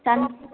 सन्त